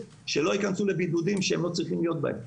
שלא ייכנסו לבידודים שהם לא צריכים להיות בהם.